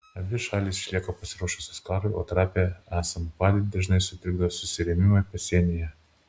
abi šalys išlieka pasiruošusios karui o trapią esamą padėtį dažnai sutrikdo susirėmimai pasienyje